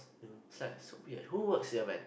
is like so weird who works here men